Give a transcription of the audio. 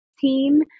team